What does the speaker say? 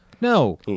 no